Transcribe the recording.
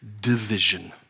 division